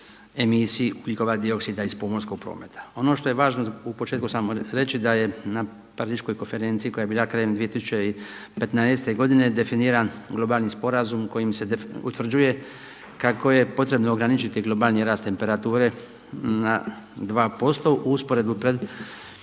emisiji ugljikova dioksida iz pomorskog prometa. Ono što je važno u početku samo reći da je na Pariškoj konferenciji koja je bila krajem 2015. godine definiran globalni sporazum kojim se utvrđuje kako je potrebno ograničiti globalni rast temperature na 2% u usporedbu pred